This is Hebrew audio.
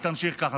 ותמשיך ככה.